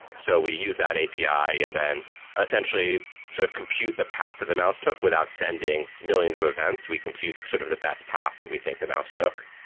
so we use that api and then essentially sort of compute the path of the mouse took without sending millions of events. we compute sort of the best path that we think the mouse took.